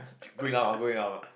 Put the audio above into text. good enough lar good enough lar